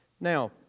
Now